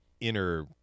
inner